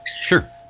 Sure